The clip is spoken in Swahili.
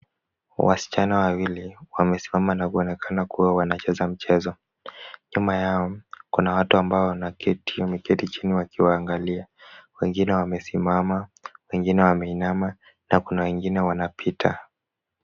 Wasichana wawili wamesimama na kuonekana kuwa wanacheza mchezo. Nyuma yao, kuna watu ambao wameketi chini wakiwaangalia, wengie wamesimama, wengine wameinama na kuna wengine wanapita.